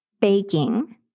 baking